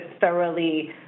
thoroughly